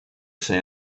say